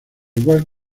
igual